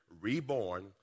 reborn